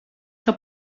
que